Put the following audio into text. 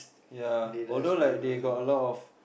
ya although like they got a lot of